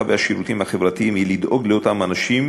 והשירותים החברתיים היא לדאוג לאותם אנשים.